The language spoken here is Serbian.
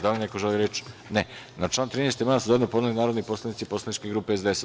Da li neko želi reč? (Ne) Na član 13. amandman su zajedno podneli narodni poslanici poslaničke grupe SDS.